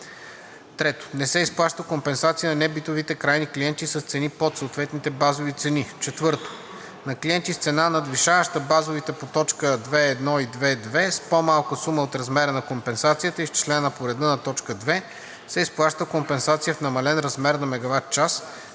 3. Не се изплаща компенсацията на небитовите крайни клиенти с цени под съответните базови цени. 4. На клиенти с цена, надвишаваща базовите по т. 2.1 и 2.2 с по-малка сума от размера на компенсацията, изчислена по реда на т. 2, се изплаща компенсация в намален размер на MWh, така